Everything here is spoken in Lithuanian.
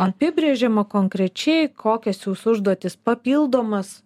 apibrėžiama konkrečiai kokias jūs užduotis papildomas